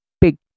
big